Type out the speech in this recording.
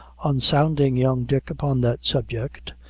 on sounding young dick upon that subject,